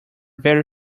very